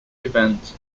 events